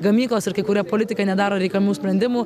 gamyklos ir kai kurie politikai nedaro reikiamų sprendimų